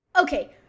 Okay